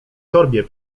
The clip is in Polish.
torbie